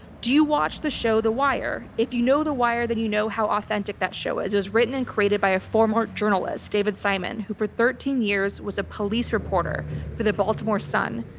do you watch the show, the wire? if you know the wire, then you know how authentic that show is. it was written and created by a former journalist, david simon, who for thirteen years was a police reporter for the baltimore sun.